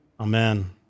Amen